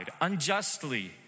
unjustly